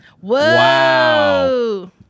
Wow